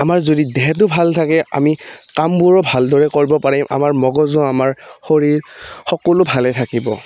আমাৰ যদি দেহেতটো ভাল থাকে আমি কামবোৰো ভালদৰে কৰিব পাৰিম আমাৰ মগজু আমাৰ শৰীৰ সকলো ভালে থাকিব